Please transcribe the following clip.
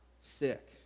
sick